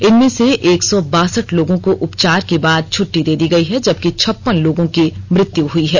इनमें से एक सौ बासठ लोगों को उपचार के बाद छुट्टी दे दी गयी है जबकि छप्पन लोगों की मृत्यु हुई है